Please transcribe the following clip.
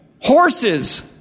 horses